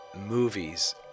movies